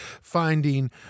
finding